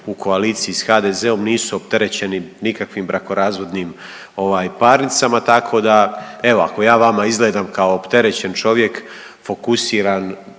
u koaliciji sa HDZ-om, nisu opterećeni nikakvim brakorazvodnim parnicama. Tako da evo ako ja vama izgledam kao opterećen čovjek fokusiran